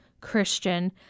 Christian